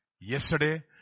yesterday